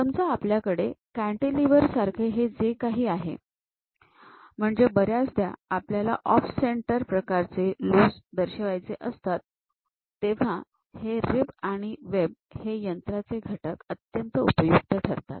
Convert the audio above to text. समजा आपल्याकडे कॅन्टिलीवर सारखे हे जे काही आहे म्हणजे बऱ्याचदा आपल्याला ऑफ सेंटर प्रकारचे लोज दर्शवायचे असतात तेव्हा हे रिब आणि वेब हे यंत्राचे घटक अत्यंत उपयुक्त ठरतात